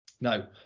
Now